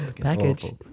Package